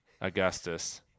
Augustus